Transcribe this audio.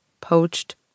poached